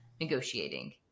negotiating